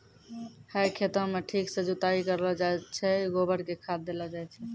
है खेतों म ठीक सॅ जुताई करलो जाय छै, गोबर कॅ खाद देलो जाय छै